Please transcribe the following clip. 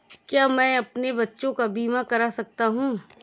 क्या मैं अपने बच्चों का बीमा करा सकता हूँ?